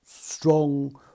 strong